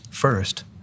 First